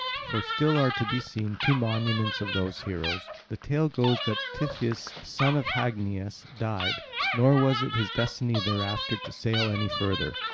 for still are to be seen two monuments of those heroes. the tale goes that tiphys son of hagnias died nor was it his destiny thereafter to sail any further.